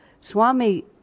Swami